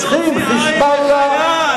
רוצחים, "חיזבאללה" להוציא עין לחייל.